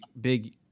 big